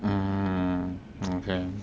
mm okay